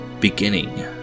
beginning